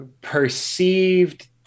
perceived